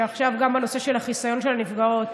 ועכשיו גם בנושא של החיסיון של הנפגעות.